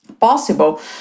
possible